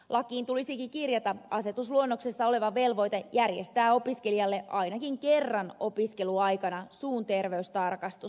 lakiin tulisikin kirjata asetusluonnoksessa oleva velvoite järjestää opiskelijalle ainakin kerran opiskeluaikana suun terveystarkastus